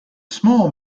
small